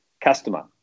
customer